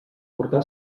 portar